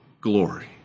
glory